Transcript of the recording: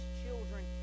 children